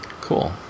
cool